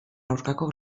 aurkako